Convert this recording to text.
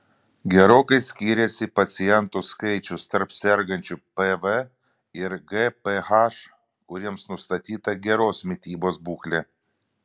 gerokai skyrėsi pacientų skaičius tarp sergančių pv ir gph kuriems nustatyta geros mitybos būklė